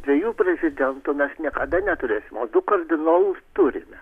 dviejų prezidentų mes niekada neturėsim o du kardinolus turime